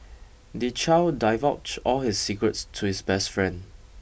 the child divulge all his secrets to his best friend